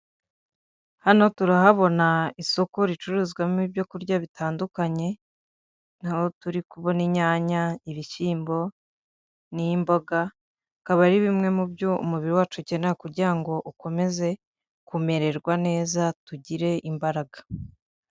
Hano turahabona isoko ricuruzwamo ibyo kurya bitandukanye, aho turi kubona inyanya, ibishyimbo n'imboga, bikaba ari bimwe mu byo umubiri wacu ukenera kugira ngo ukomeze kumererwa neza, tugire imbaraga.